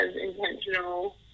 intentional